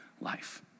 life